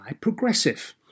Progressive